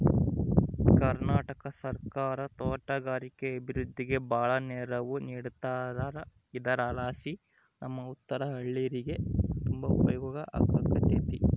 ಕರ್ನಾಟಕ ಸರ್ಕಾರ ತೋಟಗಾರಿಕೆ ಅಭಿವೃದ್ಧಿಗೆ ಬಾಳ ನೆರವು ನೀಡತದಾರ ಇದರಲಾಸಿ ನಮ್ಮ ಸುತ್ತಲ ಹಳ್ಳೇರಿಗೆ ತುಂಬಾ ಉಪಯೋಗ ಆಗಕತ್ತತೆ